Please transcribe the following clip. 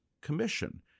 commission